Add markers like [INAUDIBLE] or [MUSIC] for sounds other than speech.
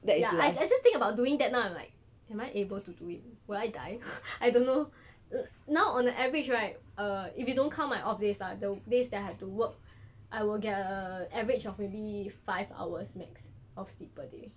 ya I just I just think about doing that now I'm like am I able to do it will I die [NOISE] I don't know now on the average right err if you don't count my off days ah the days that I have to work I will get a average of maybe five hours max of steep per day